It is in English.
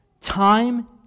time